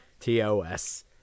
TOS